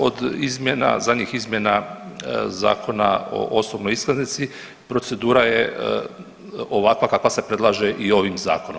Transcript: Od izmjena, zadnjih izmjena Zakona o osobnoj iskaznici, procedura je ovakva kakva se predlaže i ovim Zakonom.